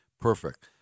perfect